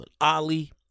Ali